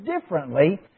differently